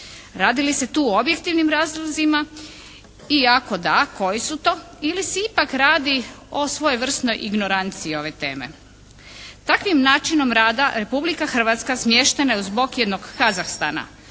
Radili se tu o objektivnim razlozima i ako da, koji su to, ili se ipak radi o svojevrsnoj ignoranciji ove teme. Takvim načinom rada Republika Hrvatska smještena je uz bok jednog Kazahstana,